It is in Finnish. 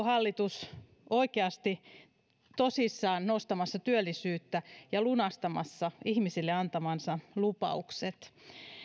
hallitus oikeasti tosissaan nostamassa työllisyyttä ja lunastamassa ihmisille antamansa lupaukset